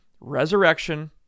Resurrection